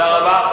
תודה רבה.